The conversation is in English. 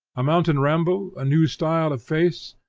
a mountain ramble, a new style of face,